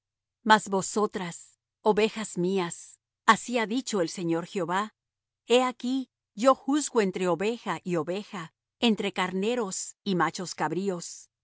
mas vosotras ovejas mías así ha dicho el señor jehová he aquí yo juzgo entre oveja y oveja entre carneros y machos cabríos